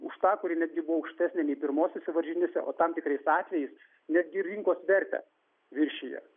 už tą kuri netgi buvo aukštesnė nei pirmosiose varžytinėse o tam tikrais atvejais netgi rinkos vertę viršija